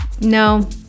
no